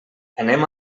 anem